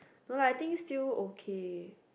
no lah I think still okay